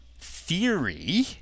theory